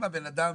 אם הבן אדם,